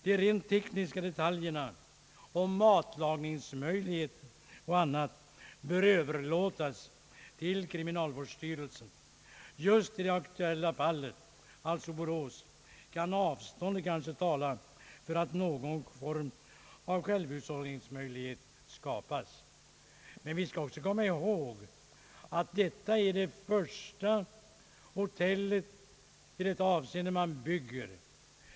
De rent tekniska detaljerna om matlagningsmöjligheter och annat bör överlämnas till kriminalvårdsstyrelsen. Just i det aktuella fallet — alltså Borås — kan avstånden kanske tala för att någon form av självhuhållsmöjlighet skapas. Vi skall också komma ihåg att detta är det första hotell av denna art som man bygger.